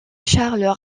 charles